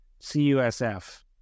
CUSF